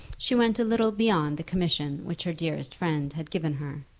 she went a little beyond the commission which her dearest friend had given her.